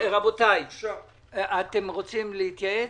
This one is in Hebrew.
רבותי, אתם רוצים להתייעץ?